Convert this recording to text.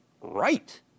right